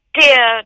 dear